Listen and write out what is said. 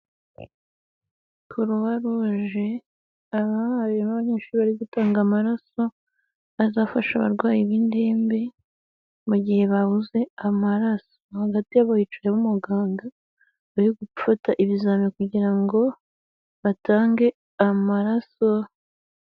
Croix Rouge, aba barimu n'abanyeshuri bari gutanga amaraso azafasha abarwayi b'indembe mu gihe babuze amaraso. Hagati yabo hicayemo umuganga uri gufata ibizami, kugira ngo batange amaraso.